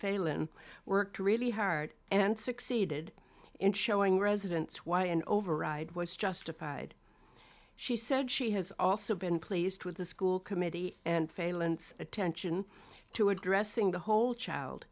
failon worked really hard and succeeded in showing residents why an override was justified she said she has also been pleased with the school committee and failand attention to addressing the whole child